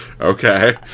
Okay